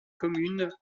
commune